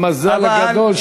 המזל הגדול,